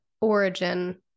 origin